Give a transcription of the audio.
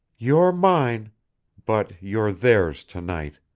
you're mine but you're theirs to-night.